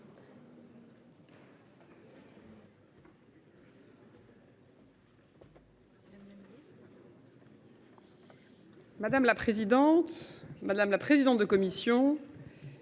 Madame la présidente, madame la présidente de la commission